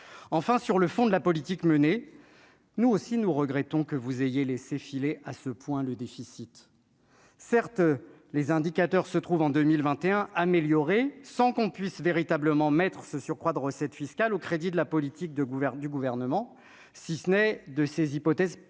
enfin sur le fond de la politique menée, nous aussi, nous regrettons que vous ayez laissé filer à ce point le déficit certes les indicateurs se trouve en 2021 améliorer sans qu'on puisse véritablement maître ce surcroît de recettes fiscales au crédit de la politique de gouverne du gouvernement, si ce n'est de ces hypothèses particulièrement